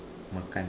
makan